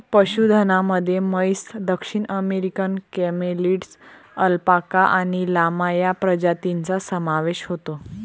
पशुधनामध्ये म्हैस, दक्षिण अमेरिकन कॅमेलिड्स, अल्पाका आणि लामा या प्रजातींचा समावेश होतो